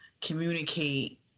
communicate